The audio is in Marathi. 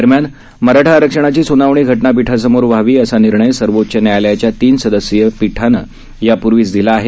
दरम्यान मराठा आरक्षणाची सुनावणी घटनापीठासमोर व्हावी असा निर्णय सर्वोच्च न्यायालयाच्या तीन सदस्यीय खंडपिठानं यापूर्वीच दिला आहे